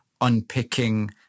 unpicking